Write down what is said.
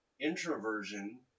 Introversion